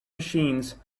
machines